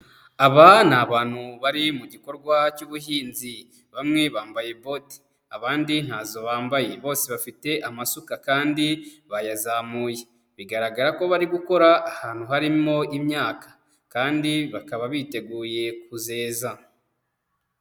Aba ni abantu bari mu gikorwa cy'ubuhinzi. Bamwe bambaye bote, abandi ntazo bambaye, bose bafite amasuka kandi bayazamuye bigaragara ko bari gukora ahantu harimo imyaka, kandi bakaba biteguye kuzeza.